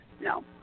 no